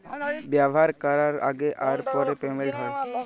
ব্যাভার ক্যরার আগে আর পরে পেমেল্ট হ্যয়